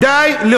די.